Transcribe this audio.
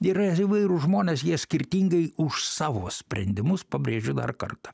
yra įvairūs žmonės jie skirtingai už savo sprendimus pabrėžiu dar kartą